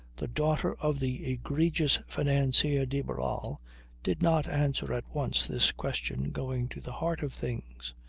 the daughter of the egregious financier de barral did not answer at once this question going to the heart of things.